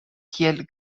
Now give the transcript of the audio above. kiel